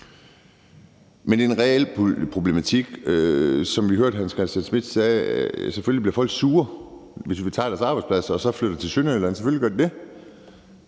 Men det er en reel problematik. Som vi hørte hr. Hans Christian Schmidt sige, bliver folk selvfølgelig sure, hvis vi tager deres arbejdspladser og flytter til Sønderjylland. Selvfølgelig gør de det.